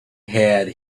had